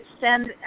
send –